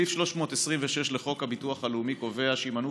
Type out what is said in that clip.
סעיף 326 לחוק הביטוח הלאומי קובע שיימנעו